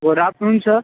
good afternoon sir